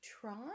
try